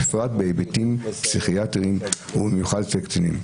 בפרט בהיבטים פסיכיאטריים ובמיוחד אצל הקטינים.